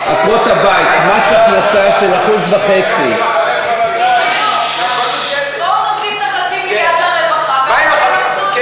מס הכנסה של 1.5% בואו נוסיף את ה-0.5 מיליארד לרווחה,